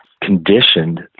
conditioned